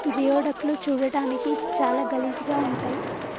geoduck లు చూడడానికి చాలా గలీజ్ గా ఉంటయ్